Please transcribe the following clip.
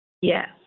Yes